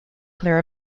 clear